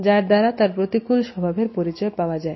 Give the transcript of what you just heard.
যার দ্বারা তার প্রতিকূল স্বভাবের পরিচয় পাওয়া যায়